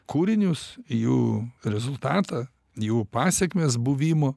kūrinius jų rezultatą jų pasekmes buvimo